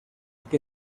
que